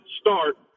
start